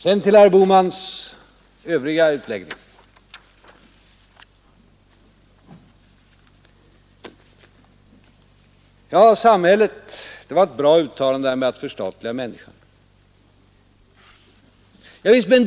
Sedan till herr Bohmans övriga utläggningar. Det var ett bra uttalande detta med att förstatliga människan, säger han.